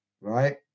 right